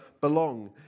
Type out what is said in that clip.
belong